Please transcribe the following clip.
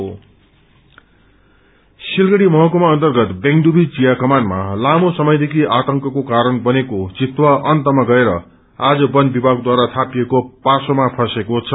लेपाड सिलगढी महकुमा अन्तर्गत बेंगडुबी थिया रुमानमा लानो समयदेखि आतंकको कारण बनेको थितुवा अन्तमा गएर आज वन विभागद्वारा धापिएको पाँसोमा फँसेको छ